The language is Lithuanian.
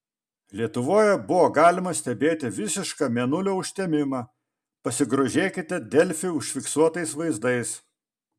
lietuvoje buvo galima stebėti visišką mėnulio užtemimą pasigrožėkite delfi užfiksuotais vaizdais